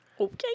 Okay